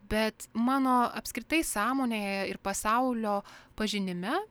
bet mano apskritai sąmonėje ir pasaulio pažinime